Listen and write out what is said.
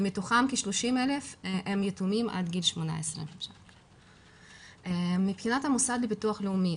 ומתוכם כ-30,000 הם יתומים עד גיל 18. מבחינת המוסד לביטוח לאומי,